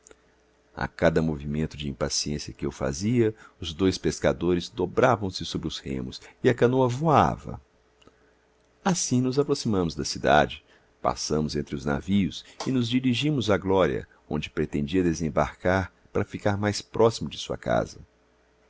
a cada movimento de impaciência que eu fazia os dois pescadores dobravam se sobre os remos e a canoa voava assim nos aproximamos da cidade passamos entre os navios e nos dirigimos à glória onde pretendia desembarcar para ficar mais próximo de sua casa